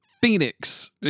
phoenix